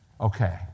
Okay